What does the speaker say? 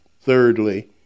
thirdly